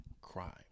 crime